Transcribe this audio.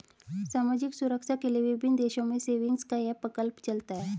सामाजिक सुरक्षा के लिए विभिन्न देशों में सेविंग्स का यह प्रकल्प चलता है